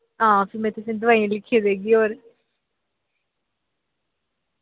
हां फ्ही में तुसें दवाइयां लिखियै देगी और